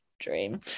dream